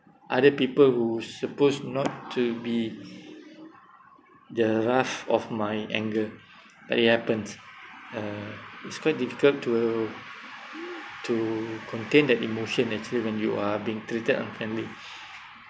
other people who supposed not to be the wrath of my anger but it happens uh it's quite difficult to to contain that emotion actually when you are being treated unfairly uh